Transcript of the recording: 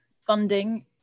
funding